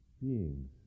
beings